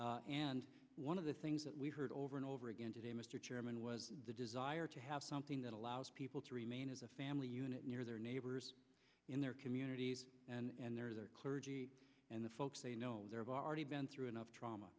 matt and one of the things that we've heard over and over again today mr chairman was the desire to have something that allows people to remain as a family unit near their neighbors in their communities and their clergy and the folks they know they're already been through enough trauma